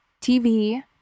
tv